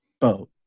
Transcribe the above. boat